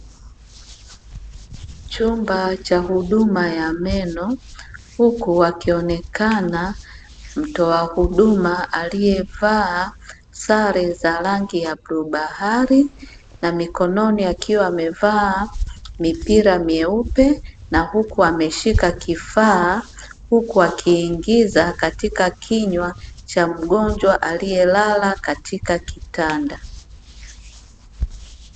Chumba cha huduma ya meno huku akionekana mtoa huduma aliyevaa sare za rangi ya bluu bahari, na mikononi akiwa amevaa mipira myeupe na huku ameshika kifaa, huku akiingiza katika kinywa cha mgonjwa aliyelala katika kitanda.